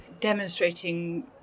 demonstrating